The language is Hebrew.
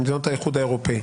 למדינות האיחוד האירופאי.